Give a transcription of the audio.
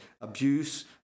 abuse